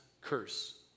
curse